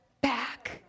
back